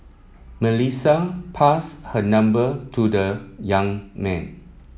Melissa passed her number to the young man